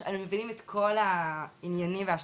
אנחנו מבינים את כל העניינים וההשלכות,